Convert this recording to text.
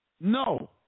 no